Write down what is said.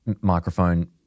microphone